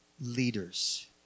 leaders